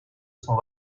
son